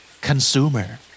Consumer